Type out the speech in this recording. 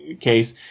case